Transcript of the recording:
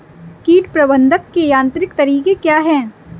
कीट प्रबंधक के यांत्रिक तरीके क्या हैं?